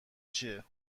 چیه